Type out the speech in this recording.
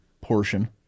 portion